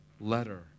letter